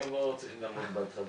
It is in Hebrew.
הם לא רוצים לעמוד בהתחייבויות.